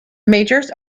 majors